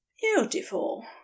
beautiful